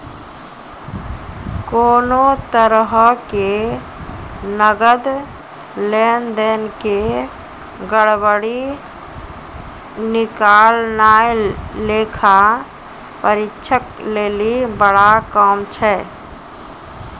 कोनो तरहो के नकद लेन देन के गड़बड़ी निकालनाय लेखा परीक्षक लेली बड़ा काम छै